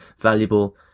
valuable